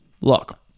Look